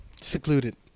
secluded